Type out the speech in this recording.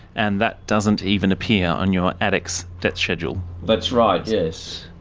and that doesn't even appear on your adex debt schedule. that's right, yes.